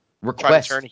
Request